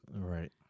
Right